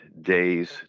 days